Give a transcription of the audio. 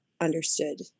understood